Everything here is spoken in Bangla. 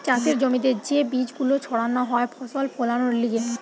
চাষের জমিতে যে বীজ গুলো ছাড়ানো হয় ফসল ফোলানোর লিগে